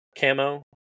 camo